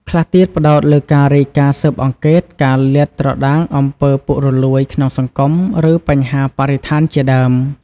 ខ្លះទៀតផ្តោតលើការរាយការណ៍ស៊ើបអង្កេត ការលាតត្រដាងអំពើពុករលួយក្នុងសង្គម ឬបញ្ហាបរិស្ថានជាដើម។